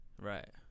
right